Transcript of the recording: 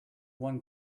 one